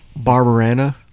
Barbarana